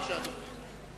בבקשה, אדוני.